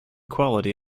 quality